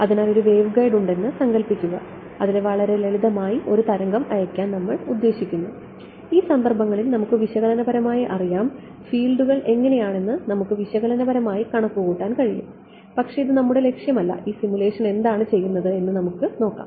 അതിനാൽ ഒരു വേവ്ഗൈഡ് ഉണ്ടെന്ന് സങ്കൽപ്പിക്കുക അതിലൂടെ വളരെ ലളിതമായി തരംഗം അയയ്ക്കാൻ നമ്മൾ ഉദ്ദേശിക്കുന്നു ഈ സന്ദർഭങ്ങളിൽ നമുക്ക് വിശകലനപരമായി അറിയാം ഫീൽഡുകൾ എങ്ങനെയാണെന്ന് നമുക്ക് വിശകലനപരമായി കണക്കുകൂട്ടാൻ കഴിയും പക്ഷേ ഇത് നമ്മുടെ ലക്ഷ്യം അല്ല ഈ സിമുലേഷൻ എന്താണ് ചെയ്യുന്നതെന്ന് നമുക്ക് നോക്കാം